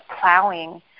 plowing